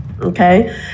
okay